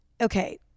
Okay